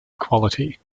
equality